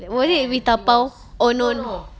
was it we dabao